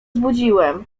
zbudziłem